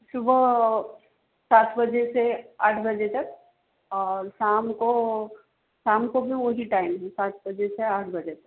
सुबह सात बजे से आठ बजे तक और शाम को शाम को भी उसी टाइम है सात बजे से आठ बजे तक